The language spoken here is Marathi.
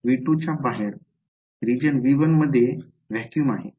V2 च्या बाहेर रिजन V1 मध्ये व्हॅक्यूम आहे